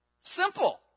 Simple